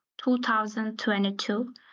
2022